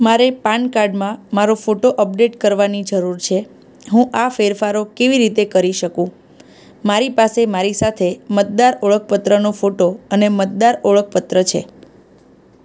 મારે પાન કાર્ડમાં મારો ફોટો અપડેટ કરવાની જરૂર છે હું આ ફેરફારો કેવી રીતે કરી શકું મારી પાસે મારી સાથે મતદાર ઓળખપત્રનો ફોટો અને મતદાર ઓળખપત્ર છે